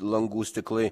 langų stiklai